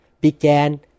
began